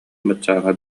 баччааҥҥа